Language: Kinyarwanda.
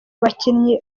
bakinnyi